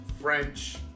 French